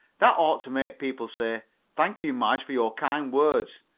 that ought to make people say thank you, marge, for your kind words.